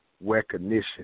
recognition